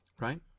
right